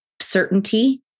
certainty